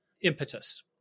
impetus